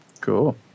cool